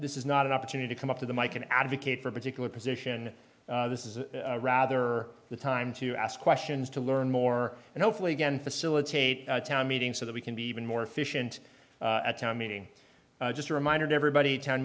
this is not an opportunity to come up to the mike an advocate for a particular position this is rather the time to ask questions to learn more and hopefully again facilitate a town meeting so that we can be even more efficient at town meeting just reminded everybody town